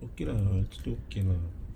okay lah kira okay lah